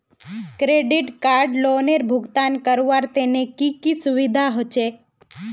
Credit card लोनेर भुगतान करवार तने की की सुविधा होचे??